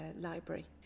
library